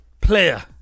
player